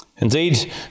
Indeed